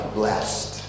blessed